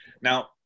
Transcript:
Now